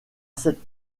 cette